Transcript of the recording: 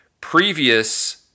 previous